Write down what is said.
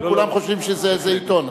כולם חושבים שזה איזה עיתון,